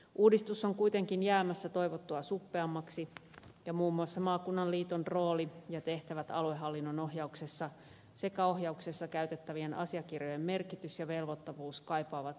uudistus on kuitenkin jäämässä toivottua suppeammaksi ja muun muassa maakunnan liiton rooli ja tehtävät aluehallinnon ohjauksessa sekä ohjauksessa käytettävien asiakirjojen merkitys ja velvoittavuus kaipaavat selkeyttämistä